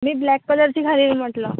मी black कलरची घालीन म्हटलं